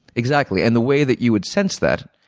exactly. and the way that you would sense that,